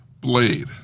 Blade